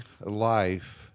life